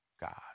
God